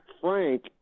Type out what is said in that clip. frank